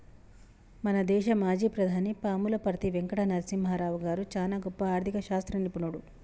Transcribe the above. మన దేశ మాజీ ప్రధాని పాములపర్తి వెంకట నరసింహారావు గారు చానా గొప్ప ఆర్ధిక శాస్త్ర నిపుణుడు